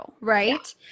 right